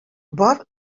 бар